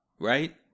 right